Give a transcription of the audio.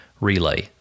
relay